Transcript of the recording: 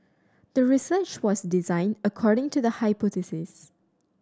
the research was designed according to the hypothesis